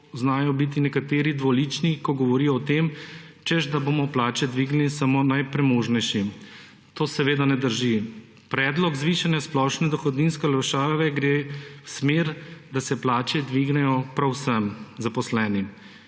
znajo biti nekateri dvolični, ko govorijo o tem, češ da bomo plače dvignili samo najpremožnejšim. To seveda ne drži. Predlog zvišanja splošne dohodninske olajšave gre v smer, da se plače dvignejo prav vsem zaposlenim.